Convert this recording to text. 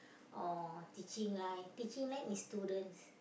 or teaching line teaching line is students